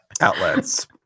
Outlets